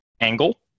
angle